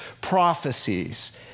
prophecies